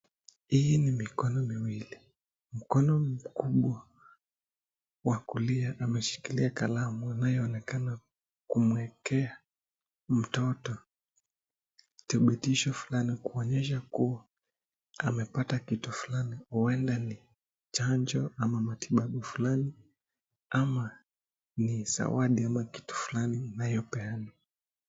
Hii ni mikono miwili, mikono mikubwa wa kulia umeshikilia kalamu inayoonekana kumwekea mtoto dhibitisho fulani kuonyesha kuwa, amepata kitu fulani huenda ni chanjo ama matibabu fulani ama ni zawadi ama kitu fulani inayopeanwa.